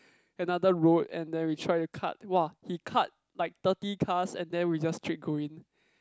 another road and then we try to cut !wah! he cut like thirty cars and then we just straight go in